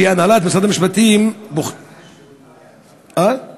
שהנהלת משרד המשפטים, ששש.